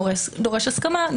דורש הסכמה,